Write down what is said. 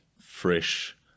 fresh